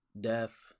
death